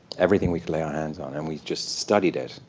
everything we could lay our hands on. and we just studied it,